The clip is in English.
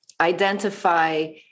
identify